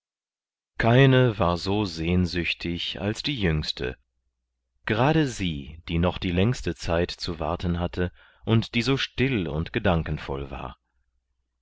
keine war so sehnsüchtig als die jüngste gerade sie die noch die längste zeit zu warten hatte und die so still und gedankenvoll war